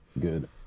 Good